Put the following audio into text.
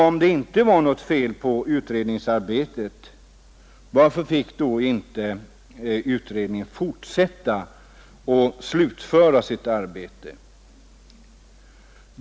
Om det inte var något fel på utredningsarbetet, varför fick då inte låginkomstutredningen fortsätta och slutföra sitt arbete?